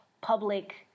public